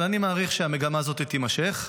אבל אני מעריך שהמגמה הזאת תימשך,